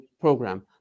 program